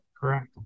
Correct